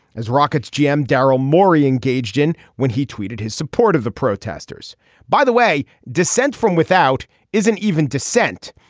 as rockets gm daryl morey engaged in when he tweeted his support of the protesters by the way. dissent from without isn't even dissent.